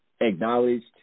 acknowledged